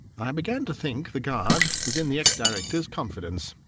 i began to think the guard was in the ex-director's confidence,